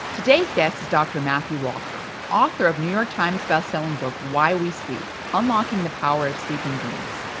today's guest is dr. matthew walker, author of new york times best selling book why we sleep unlocking the power of sleep and dreams,